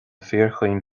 fíorchaoin